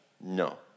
No